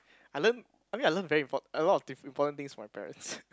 I learn I mean I learn very import~ a lot of diff~ important things from my parents